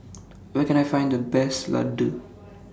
Where Can I Find The Best Laddu